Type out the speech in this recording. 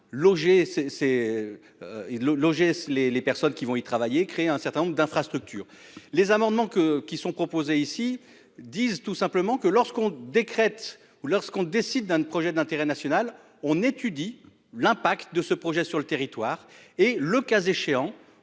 les les personnes qui vont y travailler, créer un certain nombre d'infrastructures. Les amendements que qui sont proposés ici disent tout simplement que lorsqu'on décrète ou lorsqu'on décide d'un projet d'intérêt national, on étudie l'impact de ce projet sur le territoire et le cas échéant